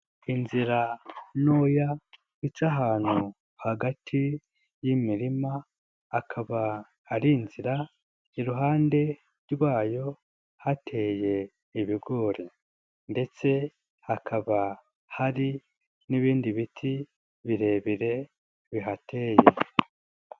Inzira ntoya, ica ahantu hagati y'imirima, akaba ari inzira, iruhande rwayo hateye ibigori ndetse hakaba hari n'ibindi biti birebire bihateye.